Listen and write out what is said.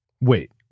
Wait